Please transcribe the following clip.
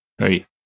Right